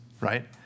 right